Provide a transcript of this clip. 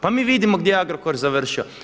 Pa mi vidimo gdje je Agrokor završio.